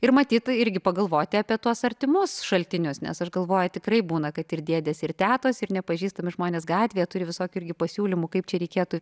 ir matyt irgi pagalvoti apie tuos artimus šaltinius nes aš galvoju tikrai būna kad ir dėdės ir tetos ir nepažįstami žmonės gatvėje turi visokių pasiūlymų kaip čia reikėtų